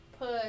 put